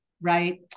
Right